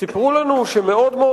סיפרו לנו שחיוני